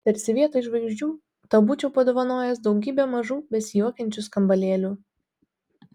tarsi vietoj žvaigždžių tau būčiau padovanojęs daugybę mažų besijuokiančių skambalėlių